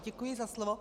Děkuji za slovo.